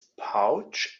pouch